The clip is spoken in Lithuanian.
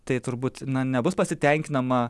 tai turbūt nebus pasitenkinama